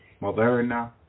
Moderna